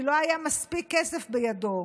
כי לא היה מספיק כסף בידו.